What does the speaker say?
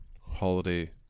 holiday